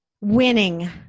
Winning